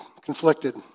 conflicted